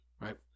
right